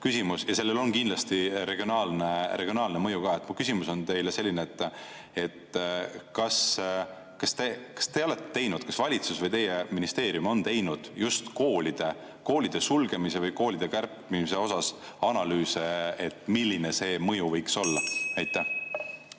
poolt ja sellel on kindlasti regionaalne mõju ka. Mu küsimus on selline: kas te olete teinud, kas valitsus või teie ministeerium on teinud just koolide sulgemise või kärpimise kohta analüüse, milline see mõju võiks olla? Aitäh,